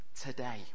today